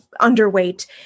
underweight